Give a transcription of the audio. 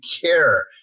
care